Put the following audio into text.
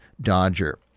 Dodger